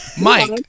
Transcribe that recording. Mike